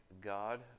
God